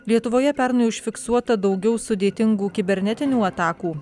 lietuvoje pernai užfiksuota daugiau sudėtingų kibernetinių atakų